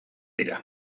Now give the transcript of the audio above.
dira